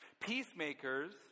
Peacemakers